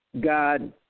God